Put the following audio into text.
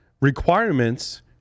requirements